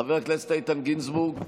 חבר הכנסת איתן גינזבורג,